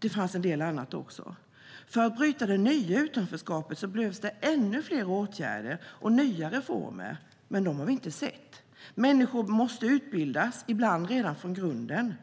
Det fanns en del annat också. För att bryta det nya utanförskapet behövs det ännu fler åtgärder och nya reformer, men dem har vi inte sett. Människor måste utbildas, ibland redan från grunden.